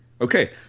Okay